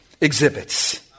exhibits